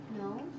No